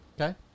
Okay